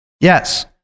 Yes